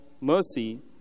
mercy